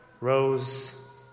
rose